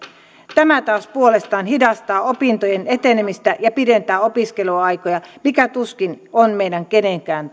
tämä taas puolestaan hidastaa opintojen etenemistä ja pidentää opiskeluaikoja mikä tuskin on meistä kenenkään